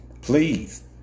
Please